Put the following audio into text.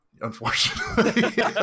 unfortunately